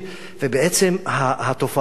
ובעצם התופעה הזאת